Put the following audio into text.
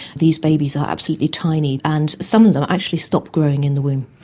these babies are absolutely tiny, and some of them actually stop growing in the womb.